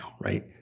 right